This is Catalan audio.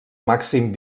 màxim